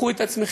קחו את עצמכם,